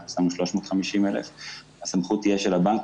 אנחנו שמנו 350,000. הסמכות תהיה של הבנק.